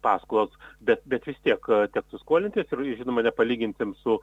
paskolos bet bet vis tiek tektų skolintis ir žinoma nepalyginsim su